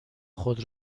خود